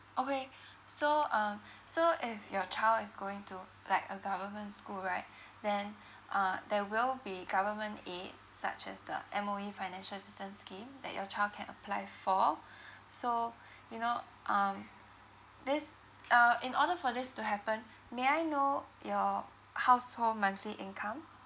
okay so uh so if your child is going to like a government school right then uh there will be government aid such as the M_O_E financial assistance scheme that your child can apply for so you know um this uh in order for this to happen may I know your household monthly income